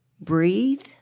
breathe